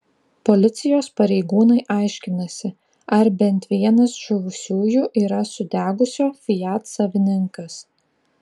policijos pareigūnai aiškinasi ar bent vienas žuvusiųjų yra sudegusio fiat savininkas